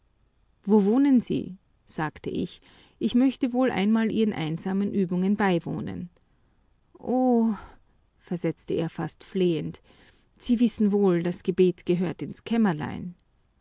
wo wohnen sie sagte ich ich möchte wohl einmal ihren einsamen übungen beiwohnen oh versetzte er fast flehend sie wissen wohl das gebet gehört ins kämmerlein